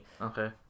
Okay